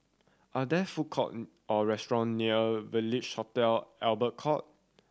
are there food court or restaurant near Village Hotel Albert Court